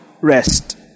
rest